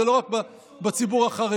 זה לא רק בציבור החרדי.